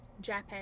Japan